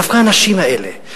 דווקא האנשים האלה,